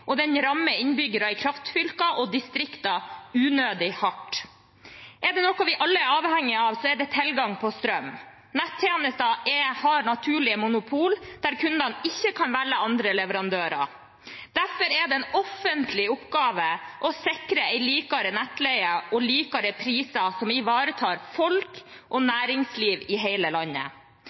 og den rammer innbyggere i kraftfylker og distrikter unødig hardt. Er det noe vi alle er avhengige av, er det tilgang på strøm. Nettjenester har naturlige monopol, der kundene ikke kan velge andre leverandører. Derfor er det en offentlig oppgave å sikre en likere nettleie og likere priser som ivaretar folk og næringsliv i hele landet.